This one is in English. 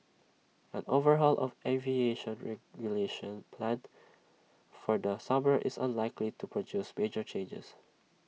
an overhaul of aviation regulation planned for the summer is unlikely to produce major changes